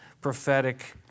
prophetic